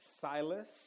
Silas